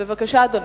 בבקשה, אדוני.